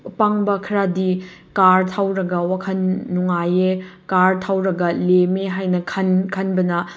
ꯑꯄꯪꯕ ꯈꯔꯗꯤ ꯀꯥꯔ ꯊꯧꯔꯒ ꯋꯥꯈꯜ ꯅꯨꯡꯉꯥꯏ ꯀꯥꯔ ꯊꯧꯔꯒ ꯂꯦꯝꯃꯦ ꯍꯥꯏꯅ ꯈꯟꯕꯅ